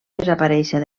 desaparèixer